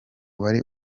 wari